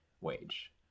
wage